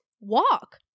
walk